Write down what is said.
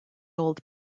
old